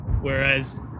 Whereas